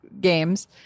games